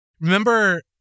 Remember